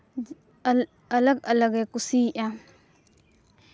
ᱟᱞᱟᱜᱽ ᱟᱞᱟᱜᱽ ᱜᱮ ᱠᱩᱥᱤᱭᱟᱜᱼᱟ